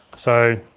so,